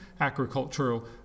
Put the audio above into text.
agricultural